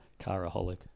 Caraholic